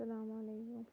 اسلامُ علیکُم